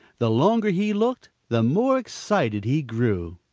the longer he looked, the more excited he grew.